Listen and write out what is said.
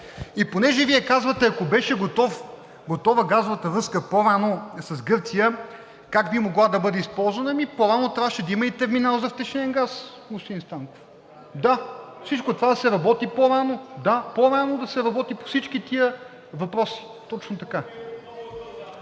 И понеже Вие казвате: ако беше готова газовата връзка по рано с Гърция, как би могла да бъде използвана. Ами по-рано трябваше да има и терминал за втечнен газ, господин Станков. Да. Всичко това се работи по-рано. Да, по-рано да се работи по всички тези въпроси. (Шум и